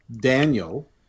Daniel